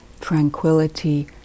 tranquility